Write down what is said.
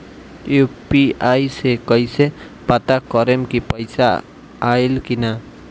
UPI से कईसे पता करेम की पैसा आइल की ना?